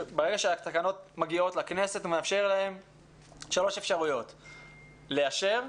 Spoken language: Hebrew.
ברגע שהתקנות מגיעות לכנסת, שלוש אפשרויות לאשר,